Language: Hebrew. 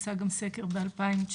עשה גם סקר ב-2019.